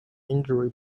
injury